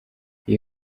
iyi